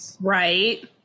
Right